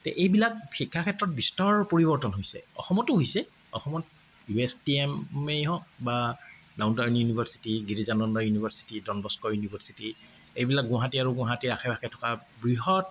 তে এইবিলাক শিক্ষাক্ষেত্ৰত বিস্তৰ পৰিৱৰ্তন হৈছে অসমতো হৈছে অসমত ইউ এছ টি এমেই হওক বা Down Town University Girijananda University Don Bosco University এইবিলাক গুৱাহাটী আৰু গুৱাহাটীৰ আশে পাশে থকা বৃহৎ